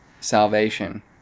salvation